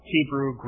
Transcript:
Hebrew